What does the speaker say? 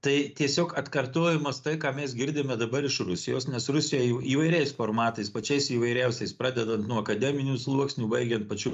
tai tiesiog atkartojimas tai ką mes girdime dabar iš rusijos nes rusija jau įvairiais formatais pačiais įvairiausiais pradedant nuo akademinių sluoksnių baigiant pačiu